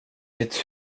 mitt